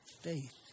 faith